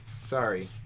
Sorry